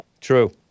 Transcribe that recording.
True